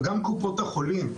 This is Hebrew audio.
וגם קופות החולים,